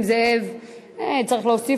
אני בעדה.